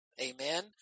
Amen